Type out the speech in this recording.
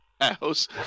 house